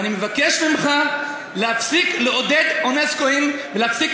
ואני מבקש ממך להפסיק לעודד אונסק"ואים ולהפסיק